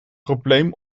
probleem